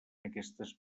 aquestes